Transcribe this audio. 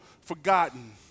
forgotten